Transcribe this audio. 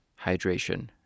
hydration